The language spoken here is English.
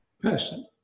person